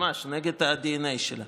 ממש נגד הדנ"א שלה.